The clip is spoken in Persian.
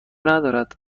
ندارد